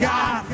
God